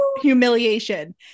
humiliation